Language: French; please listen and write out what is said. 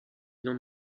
n’en